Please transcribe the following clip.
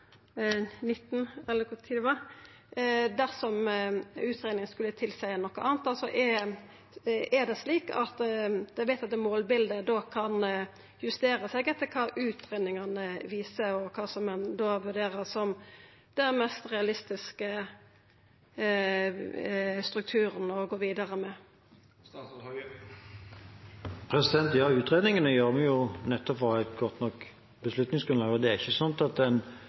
eller kva tid det var, dersom utgreiinga skulle tilseia noko anna. Er det slik at det målbildet som er vedtatt, kan justera seg etter kva utgreiingane viser og kva ein da vurderer som den mest realistiske strukturen å gå vidare med? Ja, utredningene gjør vi nettopp for å ha et godt nok beslutningsgrunnlag. Det er ikke sånn at